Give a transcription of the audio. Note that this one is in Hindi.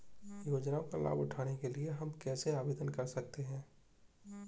योजनाओं का लाभ उठाने के लिए हम कैसे आवेदन कर सकते हैं?